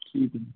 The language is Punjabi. ਠੀਕ ਹੈ ਜੀ